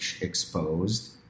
exposed